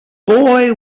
boy